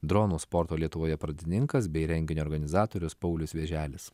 dronų sporto lietuvoje pradininkas bei renginio organizatorius paulius vėželis